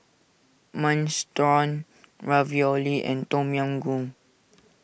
Minestrone Ravioli and Tom Yam Goong